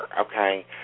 okay